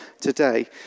today